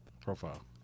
profile